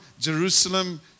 Jerusalem